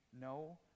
No